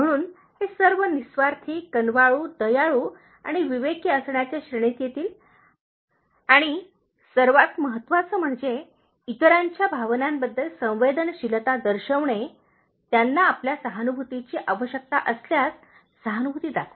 म्हणून हे सर्व निस्वार्थी कनवाळू दयाळू आणि विवेकी असण्याच्या श्रेणीत येतील आणि सर्वांत महत्त्वाचे म्हणजे इतरांच्या भावनांबद्दल संवेदनशीलता दर्शविणे त्यांना आपल्या सहानुभूतीची आवश्यकता असल्यास सहानुभूती दाखवा